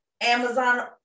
Amazon